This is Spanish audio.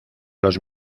los